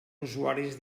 usuaris